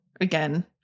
again